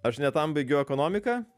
aš ne tam baigiau ekonomiką